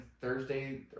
Thursday